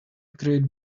create